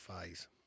phase